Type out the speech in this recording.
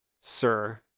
sir